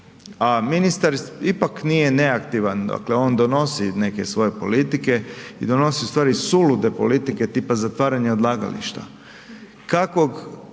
A ministar ipak nije neaktivan, dakle on donosi neke svoje politike i donosi ustvari sulude politike tipa zatvaranja odlagališta.